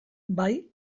bai